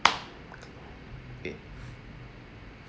K